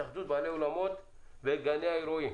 התאחדות בעלי האולמות וגני האירועים.